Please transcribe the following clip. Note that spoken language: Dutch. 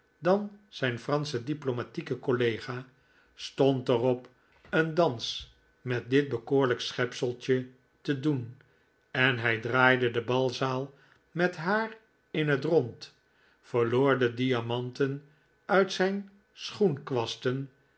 dan zijn fransche diplomatieke collega stond er op een dans met dit bekoorlijk schepseltje te doen en hij draaide de balzaal met haar in het rond verloor de diamanten uit zijn